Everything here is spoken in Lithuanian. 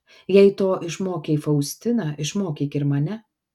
jei to išmokei faustiną išmokyk ir mane